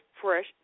fresh